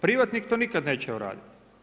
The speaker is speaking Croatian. Privatnik to nikad neće uraditi.